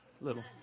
Little